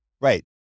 Right